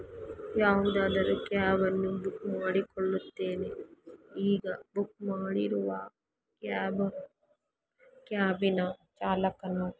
ಯಾವುದಾದರು ಕ್ಯಾಬನ್ನು ಬುಕ್ ಮಾಡಿಕೊಳ್ಳುತ್ತೇನೆ ಈಗ ಬುಕ್ ಮಾಡಿರುವ ಕ್ಯಾಬನ್ನು ಕ್ಯಾಬಿನ ಚಾಲಕನು